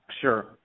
Sure